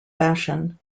fashion